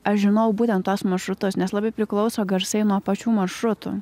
aš žinau būtent tuos maršrutus nes labai priklauso garsai nuo pačių maršrutų